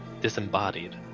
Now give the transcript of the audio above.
Disembodied